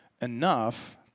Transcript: enough